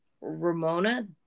Ramona